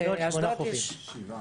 יש לה שבעה.